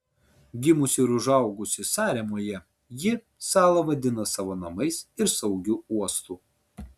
gimusi ir užaugusi saremoje ji salą vadina savo namais ir saugiu uostu